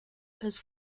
his